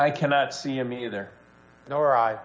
i cannot see him either nor i